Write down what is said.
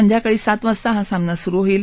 संध्याकाळी सात वाजता हा सामना सुरु होईल